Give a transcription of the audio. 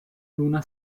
luna